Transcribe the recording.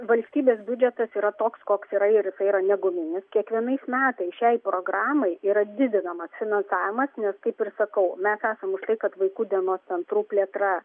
valstybės biudžetas yra toks koks yra ir tai yra ne guminis kiekvienais metai šiai programai yra didinamas finansavimas nes kaip ir sakau mes esam už tai kad vaikų dienos centrų plėtra